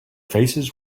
faces